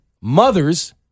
mothers